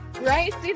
Right